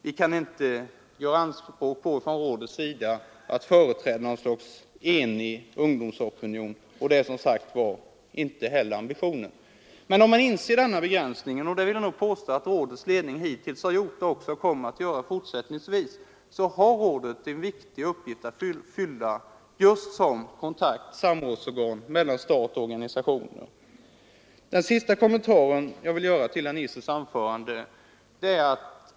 Vi kan inte från rådets sida göra anspråk på att företräda något slags enig folkopinion, och det är som sagt var inte heller ambitionen. Men om man inser denna begränsning, något som jag vill påstå att rådets ledning hittills har gjort och också kommer att göra i fortsättningen, så har rådet en viktig uppgift att fylla just som kontaktoch samrådsorgan mellan stat och organistationer. Jag vill göra en sista kommentar till herr Nissers anförande.